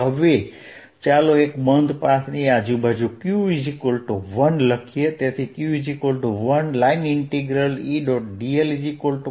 હવે ચાલો એક બંધ પાથની આજુબાજુ q 1 લખીએ તેથી q1 Edl